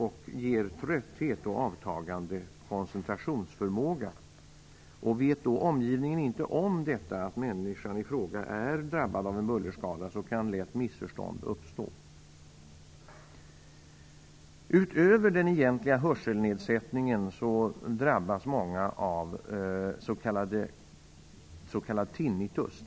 Den ger trötthet och avtagande koncentrationsförmåga. Om omgivningen inte känner till att man är drabbad av en bullerskada kan missförstånd lätt uppstå. Utöver den egentliga hörselnedsättningen drabbas många av s.k. tinnitus.